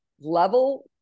level